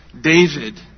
David